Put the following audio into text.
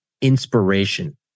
inspiration